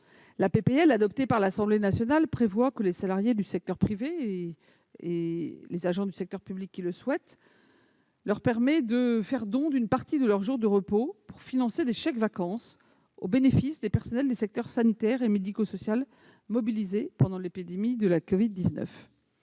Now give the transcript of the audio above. de loi adoptée par l'Assemblée nationale permet aux salariés du secteur privé et aux agents du secteur public qui le souhaitent de faire don d'une partie de leurs jours de repos pour financer des chèques-vacances au bénéfice des personnels des secteurs sanitaire et médico-social mobilisés pendant l'épidémie de Covid-19.